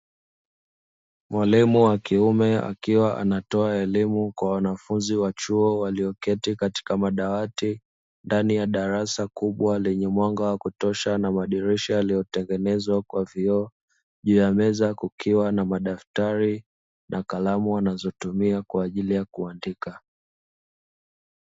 Mwalimu wa kiume akiwa anatoa elimu kwa wanafunzi wa chuo walioketi katika madawati ndani ya darasa kubwa lenye mwanga wa kutosha na madirisha yaliyo tengenezwa kwa vioo, juu ya meza kukiwa na madaftari na kalamu wanazotumia kwa ajili ya kuandika.